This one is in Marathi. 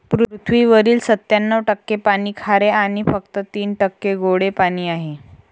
पृथ्वीवरील सत्त्याण्णव टक्के पाणी खारे आणि फक्त तीन टक्के गोडे पाणी आहे